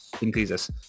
increases